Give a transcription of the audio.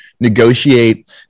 negotiate